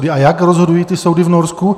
A jak rozhodují ty soudy v Norsku?